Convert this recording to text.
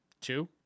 Two